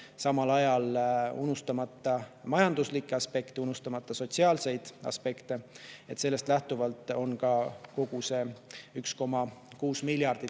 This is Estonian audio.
samal ajal unustamata majanduslikke aspekte, unustamata sotsiaalseid aspekte. Sellest lähtuvalt on kogu selle 1,6 miljardi